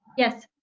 yes.